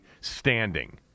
standing